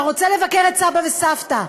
אתה רוצה לבקר את סבא וסבתא,